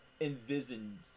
envisioned